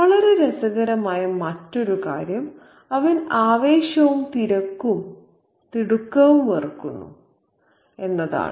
വളരെ രസകരമായ മറ്റൊരു കാര്യം അവൻ ആവേശവും തിരക്കും തിടുക്കവും വെറുക്കുന്നു എന്നതാണ്